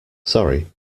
sorry